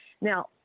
Now